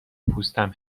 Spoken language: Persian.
پوستم